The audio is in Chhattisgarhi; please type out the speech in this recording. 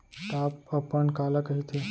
टॉप अपन काला कहिथे?